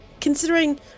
considering